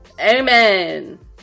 Amen